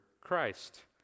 Christ